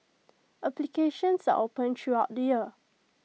applications are open throughout the year